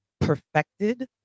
perfected